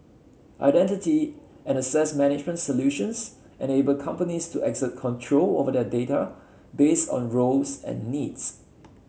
identity and access management solutions and enable companies to exert control over their data based on roles and needs